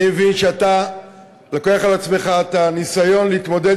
אני מבין שאתה לוקח על עצמך את הניסיון להתמודד